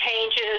changes